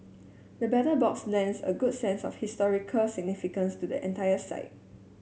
the Battle Box lends a good sense of historical significance to the entire site